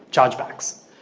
charge backs